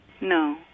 no